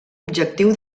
objectiu